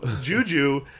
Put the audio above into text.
Juju